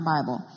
Bible